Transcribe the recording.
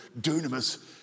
dunamis